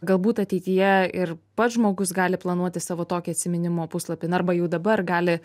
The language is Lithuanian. galbūt ateityje ir pats žmogus gali planuoti savo tokį atsiminimo puslapį arba jau dabar gali